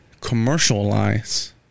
Commercialize